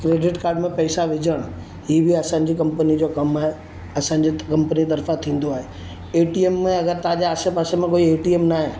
credit card में पैसा विझण ई बि असांजी कंपनी जो कमु आहे असांजे कंपनी तरफां थींदो आहे ए टी एम में अगरि तव्हांजा आसे पासे में कोई ए टी एम न आहे